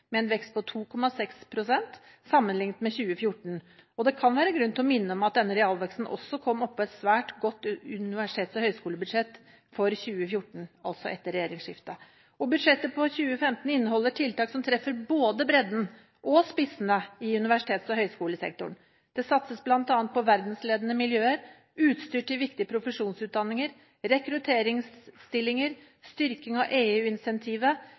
med en vekst på 2,6 pst. sammenlignet med 2014. Og det kan være grunn til å minne om at denne realveksten også kom oppå et svært godt universitets- og høyskolebudsjett for 2014, altså etter regjeringsskiftet. Budsjettet for 2015 inneholder også tiltak som treffer både bredden og spissene i universitets- og høyskolesektoren. Det satses bl.a. på verdensledende miljøer, utstyr til viktig profesjonsutdanninger, rekrutteringsstillinger, styrking av